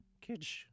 kids